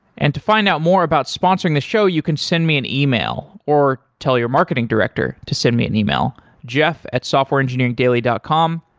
and to find out more about sponsoring the show, you can send me an email or tell your marketing director to send me an email, jeff at softwareengineeringdaily dot com.